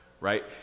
right